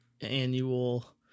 annual